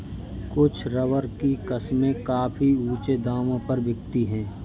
कुछ रबर की किस्में काफी ऊँचे दामों पर बिकती है